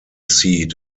seat